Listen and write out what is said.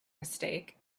mistake